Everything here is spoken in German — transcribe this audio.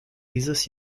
dieses